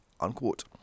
unquote